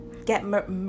get